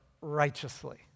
righteously